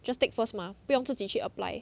just take first mah 不用自己去 apply